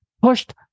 pushed